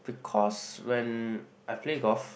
because when I play golf